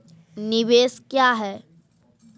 निवेश क्या है?